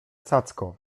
cacko